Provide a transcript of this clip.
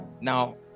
Now